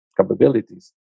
capabilities